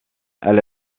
elle